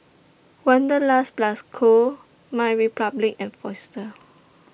Wanderlust Plus Co MyRepublic and Fossil